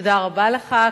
תודה רבה לך.